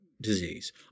disease